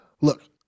Look